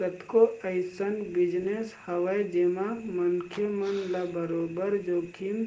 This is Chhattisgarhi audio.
कतको अइसन बिजनेस हवय जेमा मनखे मन ल बरोबर जोखिम